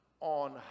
on